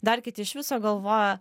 dar kiti iš viso galvoja